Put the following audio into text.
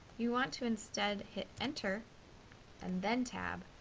we want to instead hit enter and then tab,